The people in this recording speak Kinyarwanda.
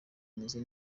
meze